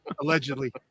Allegedly